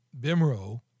Bimro